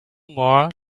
more